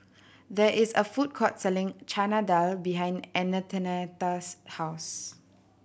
there is a food court selling Chana Dal behind Antonetta's house